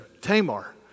Tamar